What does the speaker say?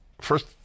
First